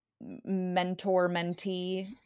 mentor-mentee